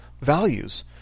values